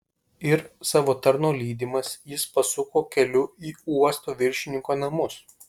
ir savo tarno lydimas jis pasuko keliu į uosto viršininko namus